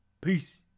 Peace